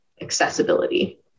accessibility